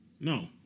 No